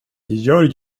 gör